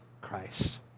Christ